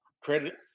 credit